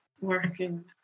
working